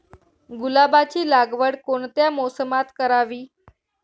गुलाबाची लागवड कोणत्या मोसमात करावी?